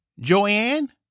Joanne